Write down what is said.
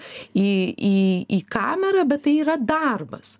į į į kamerą bet tai yra darbas